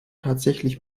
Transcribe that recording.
tatsächlich